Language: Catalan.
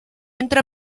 entre